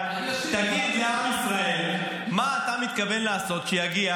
תגיד לעם ישראל מה אתה מתכוון לעשות כשיגיע